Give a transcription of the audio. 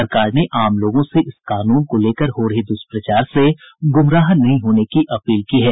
सरकार ने आम लोगों से इस कानून को लेकर हो रहे दुष्प्रचार से गुमराह नहीं होने की अपील की है